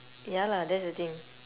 ya lah that's the thing